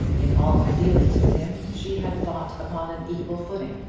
in all her dealings with him she had fought upon an equal footing.